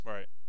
Right